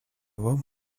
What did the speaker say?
вам